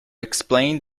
explain